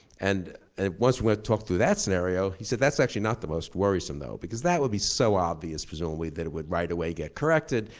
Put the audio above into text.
and and once we had talked through that scenario he said that's actually not the most worrisome though, because that would be so obvious presumably, that it would right away get corrected.